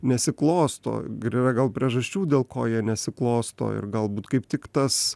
nesiklosto gal yra gal priežasčių dėl ko jie nesiklosto ir galbūt kaip tik tas